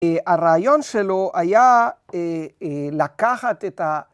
‫הרעיון שלו היה לקחת את ה...